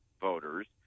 voters